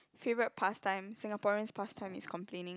favourite pastime Singaporean's pastime is complaining